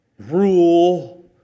Rule